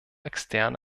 externe